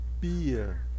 beer